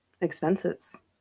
expenses